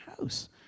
house